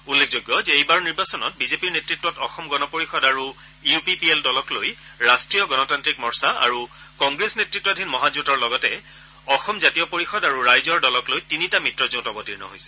উল্লেখযোগ্য যে এইবাৰৰ নিৰ্বাচনত বিজেপিৰ নেতৃতত অসম গণ পৰিষদ আৰু ইউ পি পি এল দলক লৈ ৰাষ্ট্ৰীয় গণতান্ত্ৰিক মৰ্চা আৰু কংগ্ৰেছ নেতৃতাধীন মহাজেঁটৰ লগতে অসম জাতীয় পৰিষদ আৰু ৰাইজৰ দলক লৈ তিনিটা মিত্ৰজোঁট অৱতীৰ্ণ হৈছে